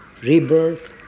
rebirth